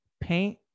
paint